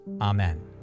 Amen